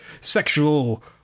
sexual